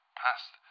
past